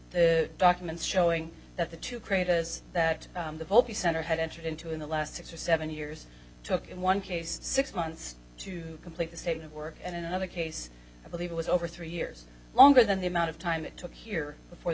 the documents showing that the two creators that the hopi center had entered into in the last six or seven years took in one case six months to complete the state of work and in another case i believe it was over three years longer than the amount of time it took here before the